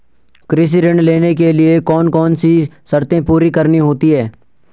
कृषि ऋण लेने के लिए कौन कौन सी शर्तें पूरी करनी होती हैं?